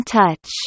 touch